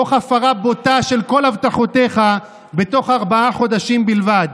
תוך הפרה בוטה של כל הבטחותיך בתוך ארבעה חודשים בלבד.